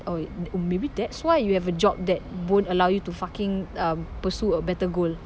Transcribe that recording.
oh maybe that's why you have a job that won't allow you to fucking um pursue a better goal